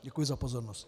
Děkuji za pozornost.